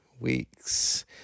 weeks